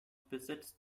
besitzt